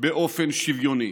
באופן שוויוני.